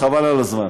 חבל על הזמן.